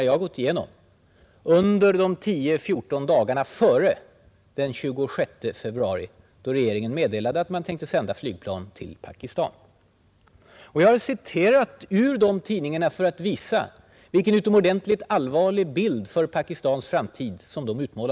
Hur ljusblå får man egentligen vara?